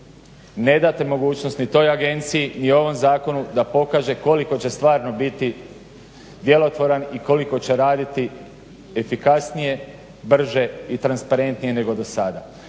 Ne date mogućnost ni toj agenciji ni ovom zakonu da pokaže koliko će stvarno biti djelotvoran i koliko će raditi efikasnije, brže i transparentnije nego dosada.